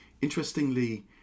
Interestingly